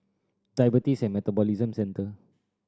Diabetes and Metabolism Centre